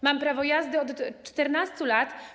Mam prawo jazdy od 14 lat.